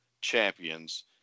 champions